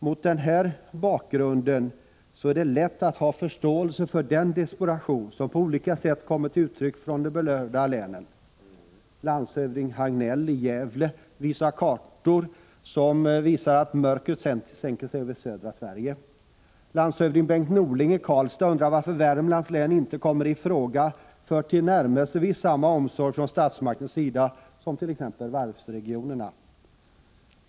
Mot den här bakgrunden är det lätt att ha förståelse för den desperation som på olika sätt kommer till uttryck från de berörda länen. Landshövding Hagnell i Gävle visar kartor som anger att mörkret sänker sig över södra Sverige. Landshövding Bengt Norling i Karlstad undrar varför Värmlands län inte kommer i fråga för tillnärmelsevis samma omsorg från statsmakternas sida som exempelvis varvsregionerna.